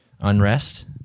unrest